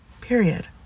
period